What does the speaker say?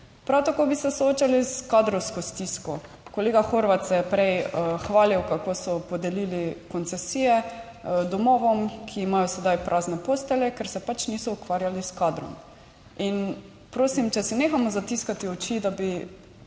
Prav tako bi se soočali s kadrovsko stisko. Kolega Horvat se je prej hvalil, kako so podelili koncesije domovom, ki imajo sedaj prazne postelje, ker se pač niso ukvarjali s kadrom. In prosim, če si nehamo zatiskati oči, da bi